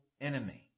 enemy